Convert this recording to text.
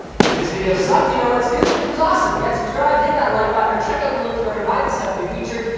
if this video sucked, you know what to do, but if it was awesome, get subscribed, hit that like button or check out the link to where to buy the stuff we featured,